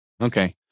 Okay